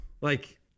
Like-